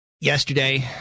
Yesterday